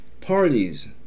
parties